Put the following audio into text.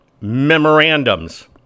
memorandums